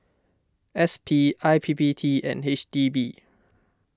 S P I P P T and H D B